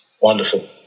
Wonderful